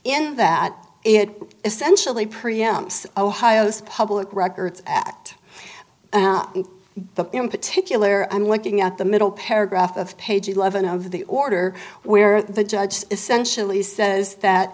in that it essentially pre amps ohio's public records act and the in particular i'm looking at the middle paragraph of page eleven of the order where the judge essentially says that